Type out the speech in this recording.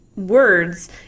Words